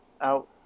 out